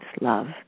love